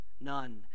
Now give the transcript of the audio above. None